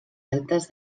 altes